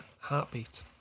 Heartbeat